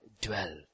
dwell